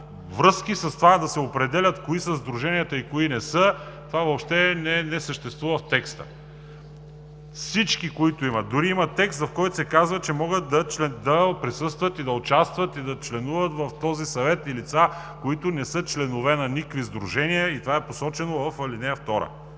връзка с това да се определят кои са сдруженията и кои не са, въобще не съществува в текста. Дори има текст, в който се казва, че могат да присъстват и участват, да членуват в този съвет и лица, които не са членове на никакви сдружения. Това е посочено в ал. 2: